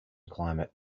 climate